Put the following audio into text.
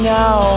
now